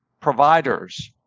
providers